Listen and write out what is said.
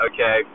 Okay